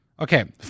Okay